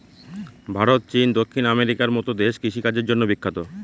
ভারত, চীন, দক্ষিণ আমেরিকার মতো দেশ কৃষিকাজের জন্য বিখ্যাত